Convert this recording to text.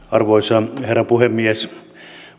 arvoisa herra puhemies